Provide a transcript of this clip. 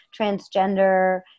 transgender